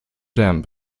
jam